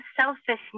selfishness